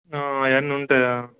అవన్ని ఉంటాయా